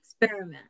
experiment